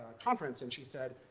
ah conference, and she said,